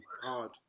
hard